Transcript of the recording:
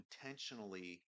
intentionally